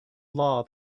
law